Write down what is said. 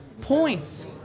points